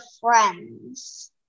friends